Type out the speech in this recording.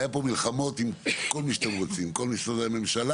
היו פה מלחמות עם כל מי שאתם רוצים כל משרדי הממשלה,